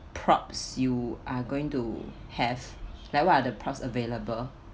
props you are going to have like what are the props available